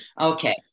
Okay